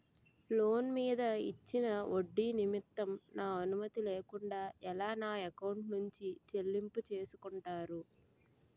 Loan మీద ఇచ్చిన ఒడ్డి నిమిత్తం నా అనుమతి లేకుండా ఎలా నా ఎకౌంట్ నుంచి చెల్లింపు చేసుకుంటారు?